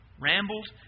rambled